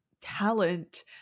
talent